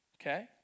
okay